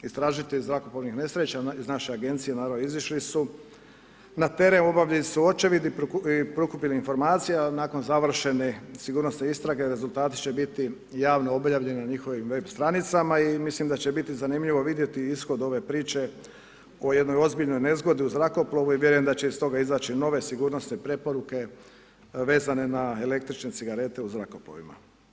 Istražitelj zrakoplovnih nesreća iz naše agencije izišli su na teren, obavili su očevid i prikupili informacije, a nakon završene sigurnosne istrage rezultati će biti javno objavljeni na njihovim web stranicama i mislim da će biti zanimljivo vidjeti ishod ove priče o jednoj ozbiljnoj nezgodi u zrakoplovu i vjerujem da će iz toga izaći nove sigurnosne preporuke vezane na električne cigarete u zrakoplovima.